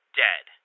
dead